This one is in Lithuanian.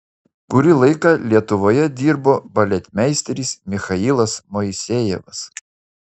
kurį laiką lietuvoje dirbo baletmeisteris michailas moisejevas